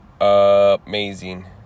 Amazing